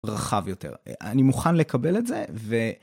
רחב יותר אני מוכן לקבל את זה ו